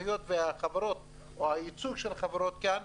היות והחברות או הייצוג של החברות נמצא כאן,